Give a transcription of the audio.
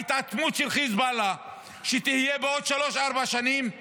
ההתעצמות של חיזבאללה שתהיה בעוד שלוש-ארבע שנים זה